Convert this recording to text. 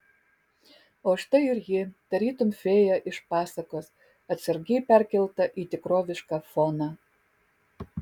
o štai ir ji tarytum fėja iš pasakos atsargiai perkelta į tikrovišką foną